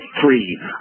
three